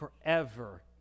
forever